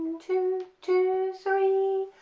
two, two, three,